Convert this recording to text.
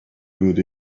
good